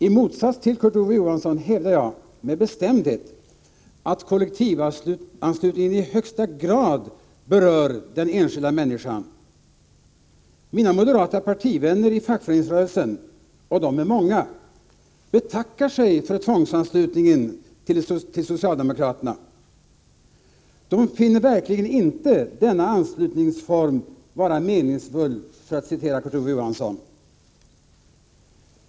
I motsats till Kurt Ove Johansson hävdar jag med bestämdhet att kollektivanslutningen i högsta grad berör den enskilda människan. Mina moderata partivänner i fackföreningsrörelsen — och de är många — betackar sig för tvångsanslutningen till det socialdemokratiska partiet. De finner verkligen inte denna anslutningsform vara meningsfull, för att citera Kurt Ove Johansson.